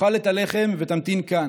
תאכל את הלחם ותמתין כאן.